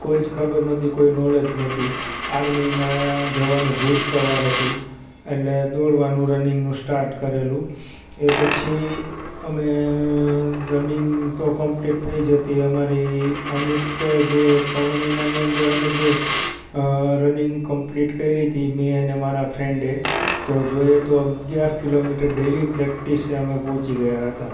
કોઈ જ ખબર નહોતી કોઈ નોલેજ નહોતું આર્મીના જવાન ભૂત સવાર હતું અટલે દોડવાનું રનીંગનું સ્ટાર્ટ કરેલું એ પછી અમે રનિંગ તો કોમ્પ્લેટ થઇ જતી અમારી અમુક જે ત્રણ મહિનાની અંદર અમે જ રનિંગ કમ્પ્લીટ કઇ રીતે મેં ને મારા ફ્રેન્ડે તો જોઇયે તો અગયાર કિલો મીટર ડેલી પ્રેકટિસે અમે પહોંચી ગયાં હતાં